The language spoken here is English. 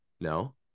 no